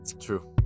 True